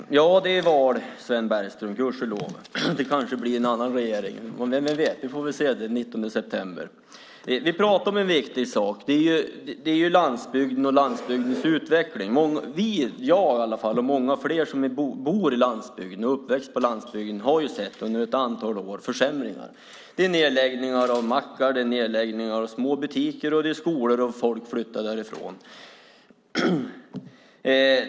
Herr talman! Ja, det är val, Sven Bergström, gudskelov. Det kanske blir en annan regering, vem vet. Vi får väl se vad som händer den 19 september. Vi talar om en viktig sak, landsbygden och landsbygdens utveckling. Jag och många fler som bor och är uppväxt på landsbygden har under ett antal år sett försämringar. Det nedläggningar av mackar, små butiker och skolor, och människor flyttar därifrån.